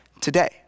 today